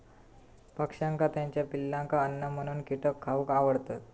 पक्ष्यांका त्याच्या पिलांका अन्न म्हणून कीटक खावक आवडतत